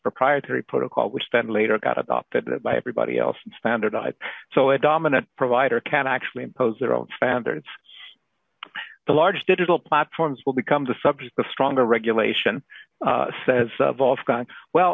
proprietary protocol which then later got adopted by everybody else and standardized so a dominant provider can actually impose their own standards the large digital platforms will become the subject of stronger regulation says w